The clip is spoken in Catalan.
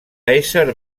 ésser